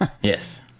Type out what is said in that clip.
Yes